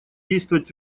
действовать